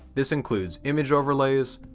this includes image overlays,